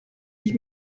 ich